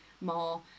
more